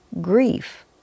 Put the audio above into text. grief